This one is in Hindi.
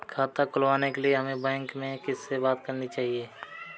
खाता खुलवाने के लिए हमें बैंक में किससे बात करनी चाहिए?